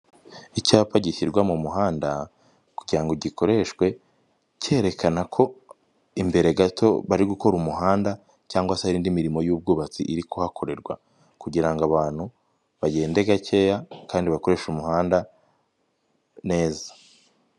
Icyapa gishyirwa mu muhanda kugirango ngo gikoreshwe cyerekana ko imbere gato bari gukora umuhanda, cyangwa se hari indi mirimo y'ubwubatsi iri kuhakorerwa kugirango abantu bagende gakeya kandi bakoresha umuhanda neza.